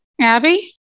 Abby